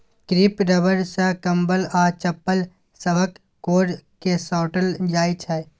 crepe rubber सँ कंबल आ चप्पल सभक कोर केँ साटल जाइ छै